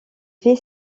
fait